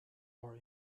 are